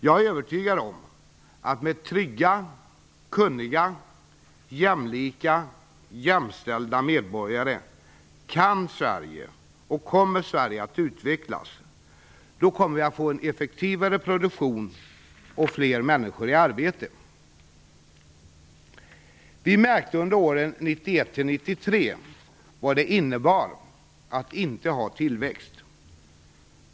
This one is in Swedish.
Jag är övertygad om att med trygga, kunniga, jämlika och jämställda medborgare kan och kommer Sverige att utvecklas. Därigenom kommer vi att få en effektivare produktion och fler människor i arbete. Vi märkte under åren 1991-1993 vad det innebär att inte ha tillväxt.